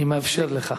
אני מאפשר לך.